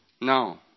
No